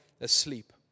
asleep